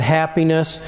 happiness